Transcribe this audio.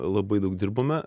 labai daug dirbome